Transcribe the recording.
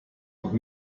noch